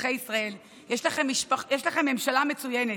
אזרחי ישראל: יש לכם ממשלה מצוינת,